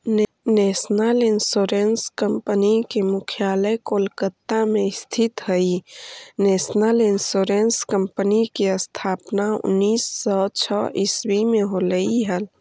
national insurance company के मुख्यालय कोलकाता में स्थित हइ नेशनल इंश्योरेंस कंपनी के स्थापना उन्नीस सौ छः ईसवी में होलई हल